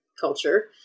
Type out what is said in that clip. Culture